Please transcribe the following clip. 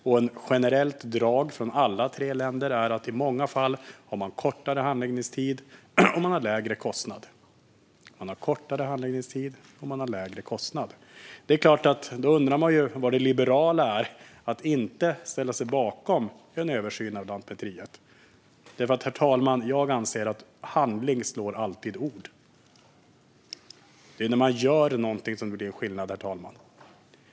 Ett generellt drag från alla tre länder är att de i många fall har kortare handläggningstider och lägre kostnader. Då undrar jag vad det liberala är att inte ställa sig bakom en översyn av Lantmäteriet, herr talman. Jag anser att handling alltid slår ord. Det är när man gör någonting som det blir skillnad.